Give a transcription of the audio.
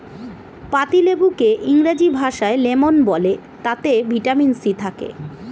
পাতিলেবুকে ইংরেজি ভাষায় লেমন বলে তাতে ভিটামিন সি থাকে